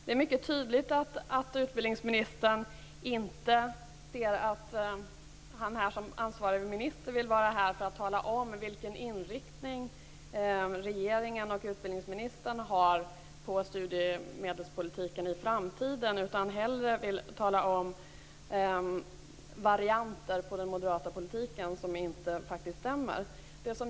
Fru talman! Det är mycket tydligt att utbildningsministern inte ser att han som ansvarig minister är här för att tala om vilken inriktning regeringen och utbildningsministern vill ha på studiemedelspolitiken i framtiden. Han vill hellre tala om varianter av den moderata politiken som faktiskt inte stämmer.